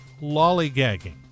lollygagging